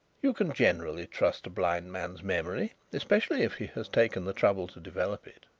you can generally trust a blind man's memory, especially if he has taken the trouble to develop it.